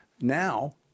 Now